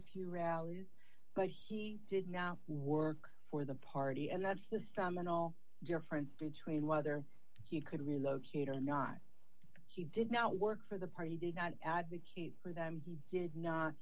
a few rallies but he did not work for the party and that's the strawman all difference between whether he could relocate or not he did not work for the party did not advocate for them he did not